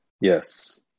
yes